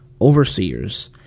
overseers